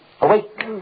Awake